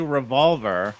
revolver